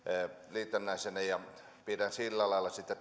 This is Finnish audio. liitännäisenä ja pidän sillä lailla sitä